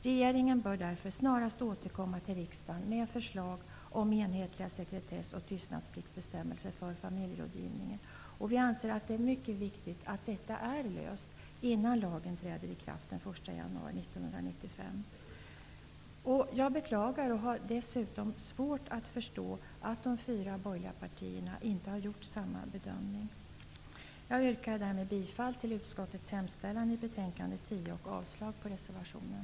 Regeringen bör därför snarast återkomma till riksdagen med förslag om enhetliga sekretess och tystnadspliktsbestämmelser för familjerådgivningen. Vi anser att det är mycket viktigt att denna fråga är löst innan lagen träder i kraft den 1 januari 1995. Jag beklagar och har dessutom svårt att förstå att de fyra borgerliga partierna inte har gjort samma bedömning. Jag yrkar därmed bifall till utskottets hemställan i betänkande 10 och avslag på reservationen.